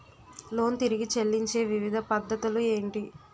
Loan తిరిగి చెల్లించే వివిధ పద్ధతులు ఏంటి?